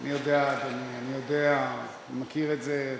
אני יודע, אדוני, אני יודע, אני מכיר את זה.